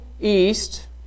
East